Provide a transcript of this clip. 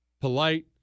polite